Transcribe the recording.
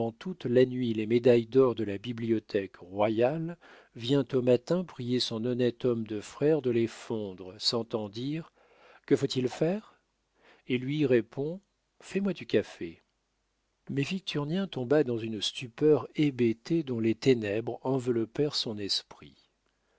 toute la nuit les médailles d'or de la bibliothèque royale vient au matin prier son honnête homme de frère de les fondre s'entend dire que faut-il faire et lui répond fais-moi du café mais victurnien tomba dans une stupeur hébétée dont les ténèbres enveloppèrent son esprit